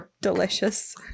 Delicious